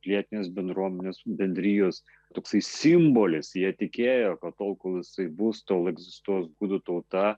pilietinės bendruomenės bendrijos toksai simbolis jie tikėjo kad tol kol jisai bus tol egzistuos gudų tauta